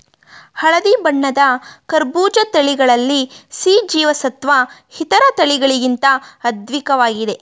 ಹಳದಿ ಬಣ್ಣದ ಕರ್ಬೂಜ ತಳಿಗಳಲ್ಲಿ ಸಿ ಜೀವಸತ್ವ ಇತರ ತಳಿಗಳಿಗಿಂತ ಅಧಿಕ್ವಾಗಿದೆ